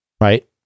Right